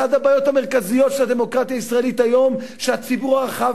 אחת הבעיות המרכזיות של הדמוקרטיה הישראלית היום היא שהציבור הרחב